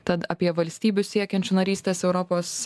tad apie valstybių siekiančių narystės europos